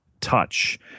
touch